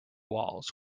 walls